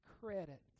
credit